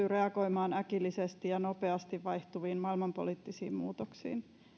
reagoimaan äkillisesti ja nopeasti vaihtuviin maailmanpoliittisiin muutoksiin